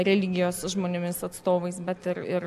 religijos žmonėmis atstovais bet ir ir